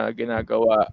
ginagawa